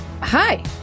Hi